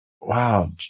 wow